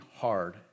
hard